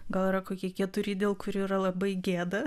gal yra kokie keturi dėl kurių yra labai gėda